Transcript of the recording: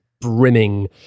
brimming